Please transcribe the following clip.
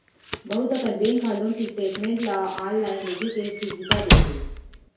बहुत अकन बेंक ह लोन के स्टेटमेंट ल आनलाइन देखे के सुभीता देथे